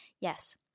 Yes